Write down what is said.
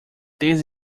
this